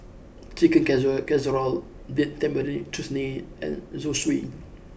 Chicken Caccer Casserole Date Tamarind Chutney and Zosui